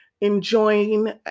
enjoying